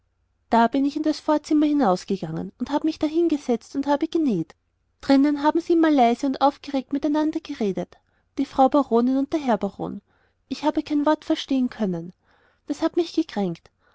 da bin ich in das vorzimmer hinausgegangen und habe mich da hingesetzt und habe genäht drinnen haben sie immer leise und aufgeregt miteinander geredet die frau baronin und der herr baron ich habe kein wort verstehen können das hat mich gekränkt